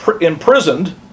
imprisoned